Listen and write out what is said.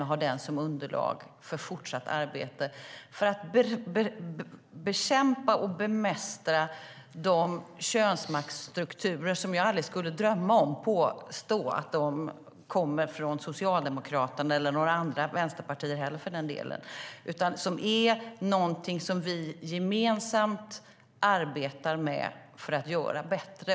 Vi har den som underlag för fortsatt arbete för att bekämpa och bemästra de könsmaktsstrukturer som jag aldrig skulle drömma om att påstå kommer från Socialdemokraterna - inte från några andra vänsterpartier heller för den delen. Det är någonting som vi gemensamt arbetar med för att göra bättre.